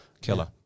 killer